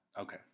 Okay